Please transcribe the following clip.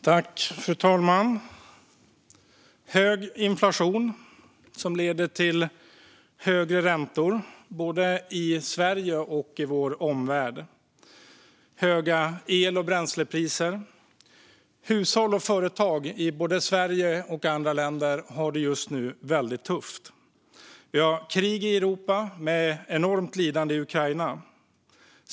Fru talman! Med hög inflation som leder till högre räntor, både i Sverige och i vår omvärld, och höga el och bränslepriser har hushåll och företag i både Sverige och andra länder det väldigt tufft just nu. Vi har också krig i Europa med ett enormt lidande i Ukraina.